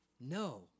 No